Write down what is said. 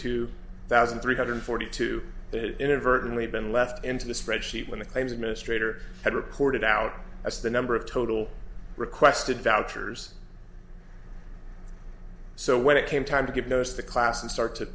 two thousand three hundred forty two and it inadvertently been left into the spreadsheet when the claims administrator had reported out as the number of total requested vouchers so when it came time to give notice to class and start to